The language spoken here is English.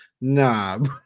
nah